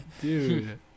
Dude